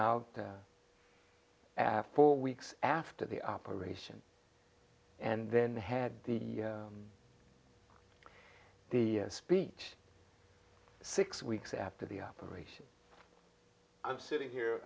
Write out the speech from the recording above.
after four weeks after the operation and then had the the speech six weeks after the operation i'm sitting here